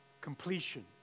completion